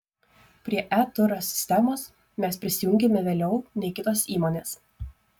prie e turas sistemos mes prisijungėme vėliau nei kitos įmonės